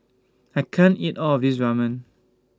I can't eat All of This Ramen